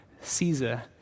Caesar